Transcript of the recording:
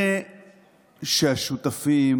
זה שהשותפים